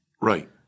Right